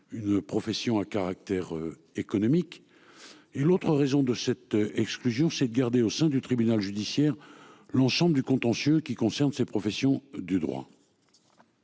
une profession à caractère économique. Et l'autre raison de cette exclusion c'est de garder au sein du tribunal judiciaire. L'ensemble du contentieux qui concerne ces professions du droit.